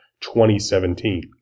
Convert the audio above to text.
2017